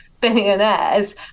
billionaires